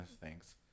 Thanks